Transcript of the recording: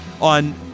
on